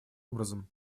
образом